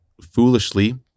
foolishly